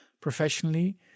professionally